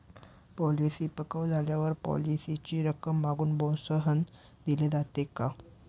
Policy पक्व झाल्यावर पॉलिसीची रक्कम लागू बोनससह दिली जाते का?